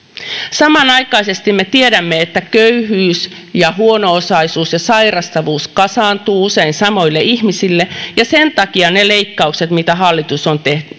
samanaikaisesti me tiedämme että köyhyys ja huono osaisuus ja sairastavuus kasaantuvat usein samoille ihmisille ja sen takia kun ne leikkaukset mitä hallitus on